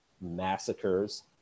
massacres